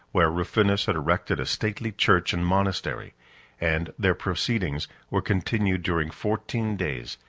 where rufinus had erected a stately church and monastery and their proceedings were continued during fourteen days,